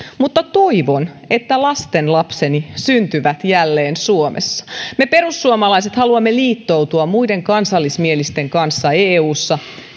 mutta toivon että lastenlapseni syntyvät jälleen suomessa me perussuomalaiset haluamme liittoutua muiden kansallismielisten kanssa eussa